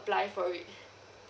apply for it